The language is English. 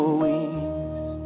wings